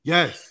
Yes